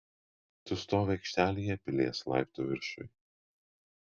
tu stovi aikštelėje pilies laiptų viršuj